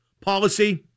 policy